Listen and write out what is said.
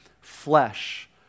flesh